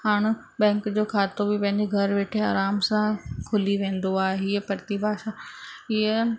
हाणे बैंक जो खातो बि पंहिंजे घरु वेठे आराम सां खुली वेंदो आहे ही प्रतिभा हीअं